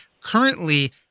Currently